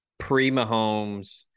Pre-Mahomes